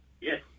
Yes